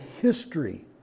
history